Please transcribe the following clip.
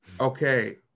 okay